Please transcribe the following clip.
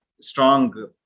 strong